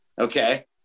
okay